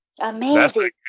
Amazing